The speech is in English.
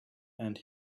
and